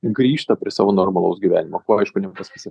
grįžta prie savo normalaus gyvenimo ko aišku nepasakysi